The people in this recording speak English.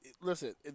listen